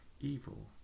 evil